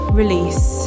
release